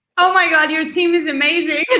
oh my god, your team is amazing. and